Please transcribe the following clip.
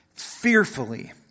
fearfully